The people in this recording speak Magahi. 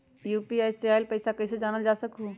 यू.पी.आई से आईल पैसा कईसे जानल जा सकहु?